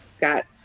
got